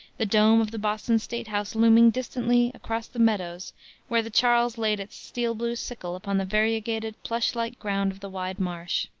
the dome of the boston state-house looming distantly across the meadows where the charles laid its steel blue sickle upon the variegated, plush-like ground of the wide marsh.